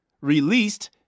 released